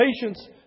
patience